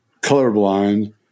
colorblind